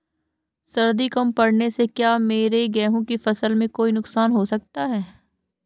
सर्दी कम पड़ने से क्या मेरे गेहूँ की फसल में कोई नुकसान हो सकता है?